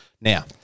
Now